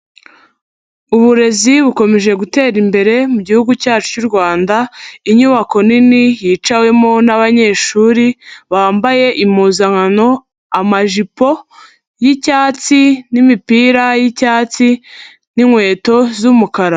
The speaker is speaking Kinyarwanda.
Uburezi bukomeje gutera imbere mu gihugu cyacu cy'u Rwanda, inyubako nini yicawemo n'abanyeshuri bambaye impuzankano amajipo y'icyatsi n'imipira y'icyatsi n'inkweto z'umukara.